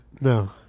no